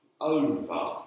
over